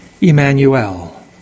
Emmanuel